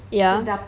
ya